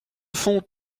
font